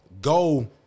Go